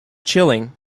chilling